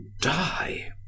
die